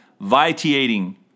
vitiating